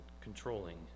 controlling